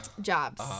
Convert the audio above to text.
Jobs